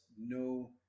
no